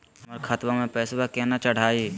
हमर खतवा मे पैसवा केना चढाई?